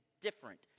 different